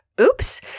Oops